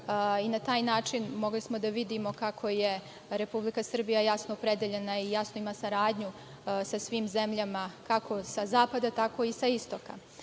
i na taj način smo mogli da vidimo kako je Republika Srbija jasno opredeljena i jasno ima saradnju sa svim zemljama, kako sa zapada, tako i sa istoka. Mogli